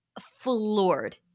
floored